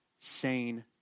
sane